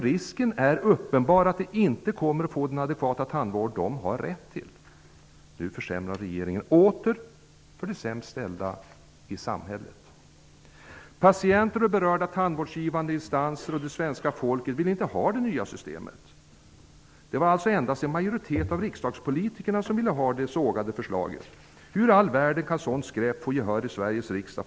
Risken är uppenbar att de inte kommer att få den adekvata tandvård som de har rätt till. Nu försämrar regeringen åter för de sämst ställda i samhället. Patienter och berörda tandvårdsgivande instanser och det svenska folket ville inte ha det nya systemet. Det var alltså endast en majoritet av riksdagspolitikerna som ville ha det sågade förslaget. Väldigt många frågar sig hur i all världen sådant skräp kan få gehör i Sveriges riksdag.